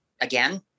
again